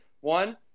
One